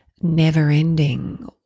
never-ending